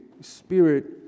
spirit